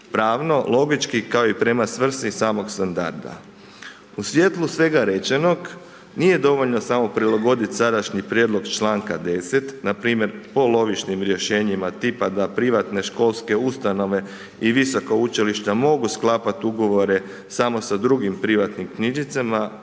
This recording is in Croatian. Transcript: pravno, logički i kao i prema svrsi samog standarda. U svjetlu svega rečenog, nije dovoljno samo prilagoditi sadašnji prijedlog članka 10., npr. polovičnim rješenjima tipa da na privatne školske ustanove i visoka učilišta mogu sklapati ugovore samo sa drugim privatnim knjižnicama,